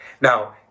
Now